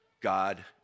God